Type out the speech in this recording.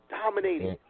dominated